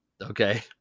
Okay